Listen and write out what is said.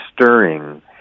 stirring